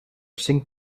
cinc